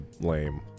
lame